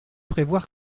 prévoir